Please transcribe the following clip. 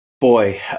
Boy